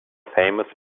famous